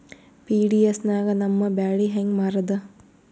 PDS ನಾಗ ನಮ್ಮ ಬ್ಯಾಳಿ ಹೆಂಗ ಮಾರದ?